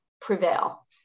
prevail